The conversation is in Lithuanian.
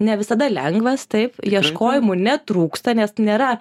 ne visada lengvas taip ieškojimų netrūksta nes nėra